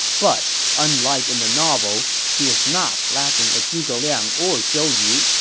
but unlike in the novel, he was not laughing at zhuge liang or zhou yu,